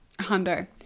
Hundo